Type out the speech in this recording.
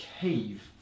cave